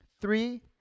three